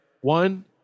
One